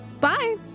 Bye